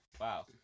wow